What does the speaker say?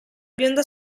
bionda